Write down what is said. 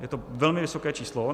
Je to velmi vysoké číslo.